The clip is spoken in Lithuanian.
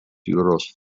jūros